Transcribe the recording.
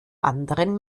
anderen